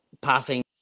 passing